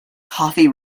coffee